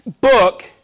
book